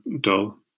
dull